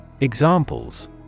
Examples